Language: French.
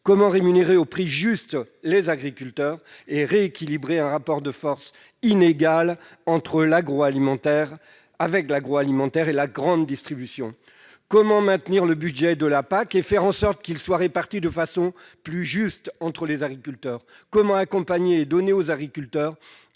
Comment rémunérer les agriculteurs au prix juste et rééquilibrer leur rapport de force inégal avec l'industrie agroalimentaire et la grande distribution ? Comment maintenir le budget de la PAC et faire en sorte qu'il soit réparti de façon plus juste entre les agriculteurs ? Comment accompagner les agriculteurs